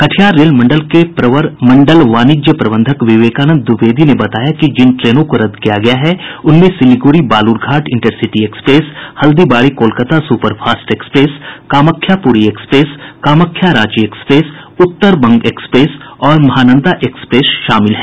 Katihar rail मंडल के प्रवर मंडल वाणिज्य प्रबंधक विवेकानंद द्विवेदी ने बताया कि जिन ट्रेनों को रद्द किया गया है उनमें Siliguri Balurghat intercity express Haldibari Kolkata superfast express Kamakhya प्ररी express Kamakhya Ranchi express Uttarbanga express और महानंदा एक्सप्रेस शामिल है